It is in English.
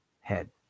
head